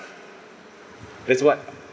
it's what